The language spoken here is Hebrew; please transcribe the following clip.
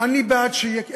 אני בעד שיהיה אקזיט,